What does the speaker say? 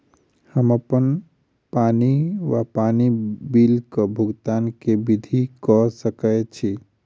हम्मर अप्पन पानि वा पानि बिलक भुगतान केँ विधि कऽ सकय छी?